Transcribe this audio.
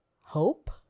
hope